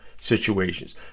situations